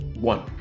One